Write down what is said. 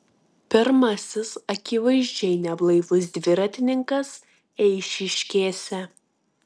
pirmasis akivaizdžiai neblaivus dviratininkas eišiškėse